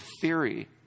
theory